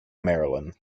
maryland